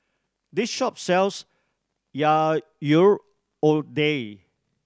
this shop sells lodeh